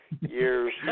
years